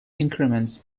increments